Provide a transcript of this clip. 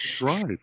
Right